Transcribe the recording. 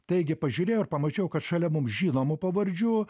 taigi pažiūrėjau ir pamačiau kad šalia mums žinomų pavardžių